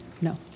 no